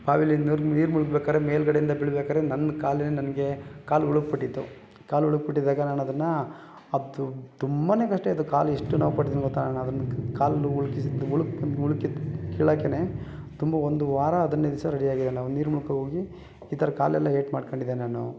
ಬಾವೀಲಿ ನೀರು ನೀರು ಮುಳ್ಗ್ಬೇಕಾದ್ರೆ ಮೇಲುಗಡೆಯಿಂದ ಬೀಳ್ಬೇಕಾದ್ರೆ ನನ್ನ ಕಾಲೇ ನನಗೆ ಕಾಲು ಉಳುಕು ಬಿಟ್ಟಿತ್ತು ಕಾಲು ಉಳುಕು ಬಿಟ್ಟಿದ್ದಾಗ ನಾನು ಅದನ್ನು ಅತ್ತು ತುಂಬ ಕಷ್ಟ ಆಯಿತು ಕಾಲು ಎಷ್ಟು ನೋವು ಪಟ್ಟಿದ್ದೀನಿ ಗೊತ್ತಾ ಅಣ್ಣ ಅದನ್ನ ಕಾಲು ಉಳ್ಕಿಸಿದ ಉಳುಕು ಉಳ್ಕಿದ ಕೀಳಕ್ಕೇ ತುಂಬ ಒಂದು ವಾರ ಹದಿನೈದು ದಿವಸ ರೆಡಿ ಆಗಿಲ್ಲ ನಾವು ನೀರು ಮುಳ್ಗ ಹೋಗಿ ಈ ಥರ ಕಾಲೆಲ್ಲ ಏಟು ಮಾಡ್ಕಂಡಿದ್ದೆ ನಾನು